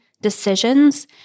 decisions